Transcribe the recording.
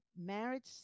marriage